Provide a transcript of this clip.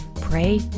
pray